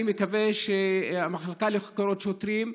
אני מקווה שהמחלקה לחקירות שוטרים,